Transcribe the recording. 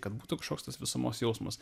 kad būtų kažkoks tas visumos jausmas